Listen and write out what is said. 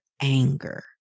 anger